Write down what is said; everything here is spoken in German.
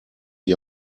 die